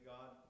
God